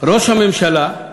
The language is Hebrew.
ראש הממשלה,